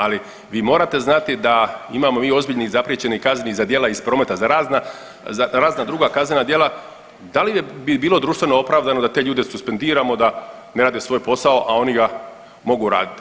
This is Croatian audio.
Ali vi morate znati da imamo mi ozbiljnih zapriječenih kazni za djela iz prometna za razna druga kaznena djela, da li bi bilo društveno opravdano da te ljude suspendiramo da ne rade svoj posao, a oni ga mogu radit?